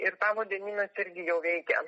ir tamo dienynas irgi jau veikia